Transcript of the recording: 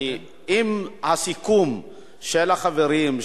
אם הסיכום של החברים,